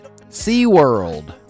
SeaWorld